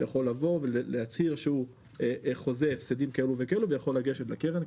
הוא יכול לבוא ולהצהיר שהוא חוזה הפסדים כאלו וכאלו ויכול לגשת לקרן,